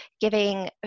giving